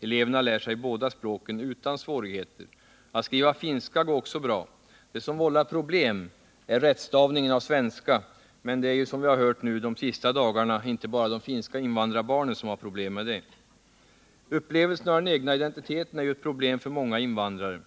Eleverna lär sig båda språken utan svårigheter. Att skriva finska går också bra. Det som vållar problem är rättstavningen av svenska, men som vi har hört under de senaste dagarna är det inte bara de finska invandrarbarnen som har problem med detta. Upplevelsen av den egna identiteten är ett problem för många invandrare.